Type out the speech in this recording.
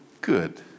good